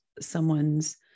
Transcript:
someone's